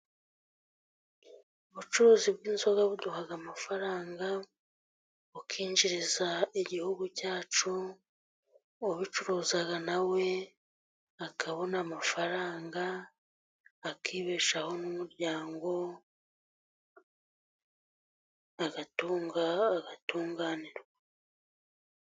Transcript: Ubucuruzi bw'inzoga buduha amafaranga, bukinjiriza Igihugu cyacu. Ubicuruza nawe akabona amafaranga akibeshaho n'umuryango, agatunga agatunganirwa.